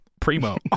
primo